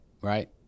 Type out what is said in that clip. Right